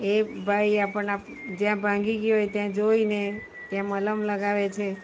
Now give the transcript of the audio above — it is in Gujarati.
એ ભાઈ આપના જ્યાં ભાંગી ગયું હોય ત્યાં જોઈને ત્યાં મલમ લગાવે છે